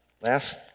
last